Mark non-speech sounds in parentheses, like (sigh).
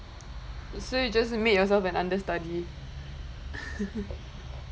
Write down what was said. so you just made yourself an understudy (laughs)